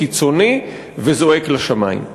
קיצוני וזועק לשמים.